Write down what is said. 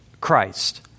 Christ